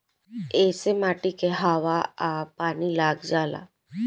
ऐसे माटी के हवा आ पानी लाग जाला